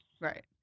Right